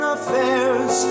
Affairs